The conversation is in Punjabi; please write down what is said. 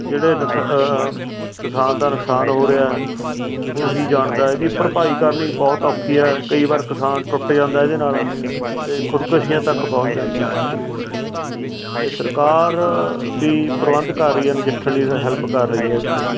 ਜਿਹੜੇ ਨੁਕ ਕਿਸਾਨ ਦਾ ਨੁਕਸਾਨ ਹੋ ਰਿਹਾ ਉਹੀ ਜਾਣਦਾ ਇਹਦੀ ਭਰਪਾਈ ਕਰਨੀ ਬਹੁਤ ਔਖੀ ਹੈ ਕਈ ਵਾਰ ਕਿਸਾਨ ਟੁੱਟ ਜਾਂਦਾ ਇਹਦੇ ਨਾਲ ਅਤੇ ਖੁਦਕੁਸ਼ੀਆਂ ਤੱਕ ਪਹੁੰਚ ਜਾਂਦਾ ਅਸੀਂ ਦੇਖਦੇ ਹਾਂ ਅਤੇ ਸਰਕਾਰ ਵੀ ਪ੍ਰਬੰਧ ਕਰ ਰਹੀਆਂ ਨੇ ਨਜਿੱਠਣ ਲਈ ਹੈਲਪ ਕਰ ਰਹੀ ਹੈ ਇਹਦੇ ਲਈ